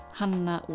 Hanna